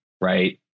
right